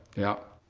yup.